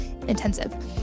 intensive